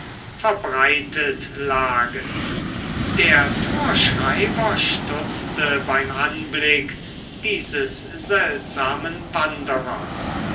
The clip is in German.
verbreitet lagen der torschreiber stutzte beim anblick dieses seltsamen wanderers